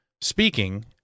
speaking